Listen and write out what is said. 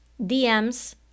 DMs